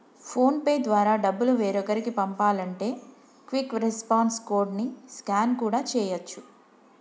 phone pay ద్వారా డబ్బులు వేరొకరికి పంపాలంటే క్విక్ రెస్పాన్స్ కోడ్ ని స్కాన్ కూడా చేయచ్చు